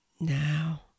Now